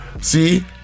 See